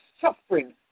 suffering